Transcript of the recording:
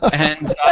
and